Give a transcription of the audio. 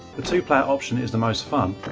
the two player option is the most fun,